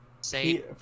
Say